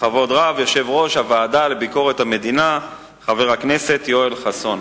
בכבוד רב יושב-ראש הוועדה לביקורת המדינה חבר הכנסת יואל חסון.